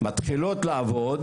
מתחילות לעבוד.